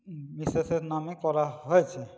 মিসেসের নামে করা হয়েছে